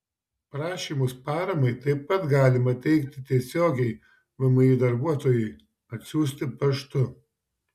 prašymus paramai taip pat galima įteikti tiesiogiai vmi darbuotojui atsiųsti paštu